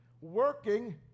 working